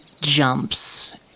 jumps